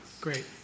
Great